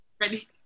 Ready